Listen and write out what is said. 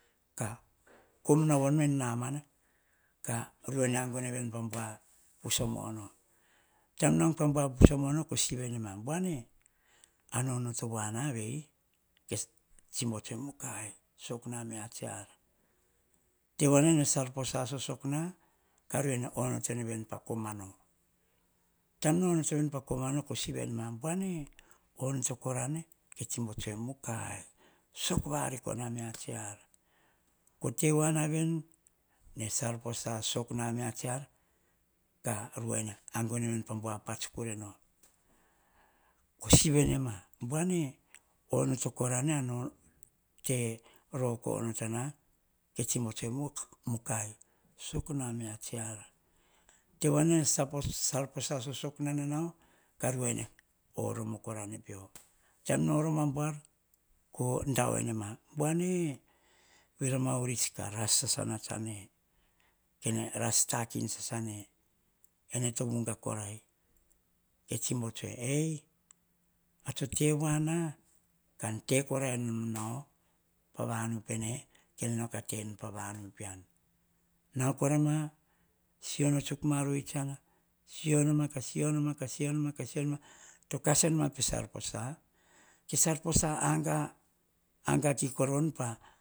Ka kom na en namana, kah ruene aguene pah bua paso mono. Taim no agu en bua poso mono, koh sivene, ano onoto voanave tevoa nave ne salposa soksok koh onotoe en komano. Taim no onoto pakomano koh sivienema buane onoto korane ke tsibo tsoe ene mukai. Sok variko nauo avia tsi ar, koh tevoa nave ne salposa sok nau amia tsi ar. Koh tevoa nave ne salposa sok nau amia tsi ar, kah ruene agu enema pah bua pats kureno koh sivienema. Buane onotoo korane ar no teroko onotona. Tsibo tsoe ene mukai. Sok variko nau amia tsi ar tevoana vene ne salposa sok gus nenao pa mia tsi ar tevo ana venee ne salposa soksok nanauo ruene tope oromo vakavu ene pio. Taim no oromo abuar koh daoema buane. Vira ma orits ka rasasa mane. Kene ras takin sasane pene to vugakorai, ei, ah tso tevoa na, kan te korai nom nau pavunu pene. Kene nau kah tenu ma pavauvu pean. Siono tsuk na ruene, kah sionoma kah sionoma kah sionoma kah sionoma, to kasenema pe salposa ke salposa aga kiko ravone pa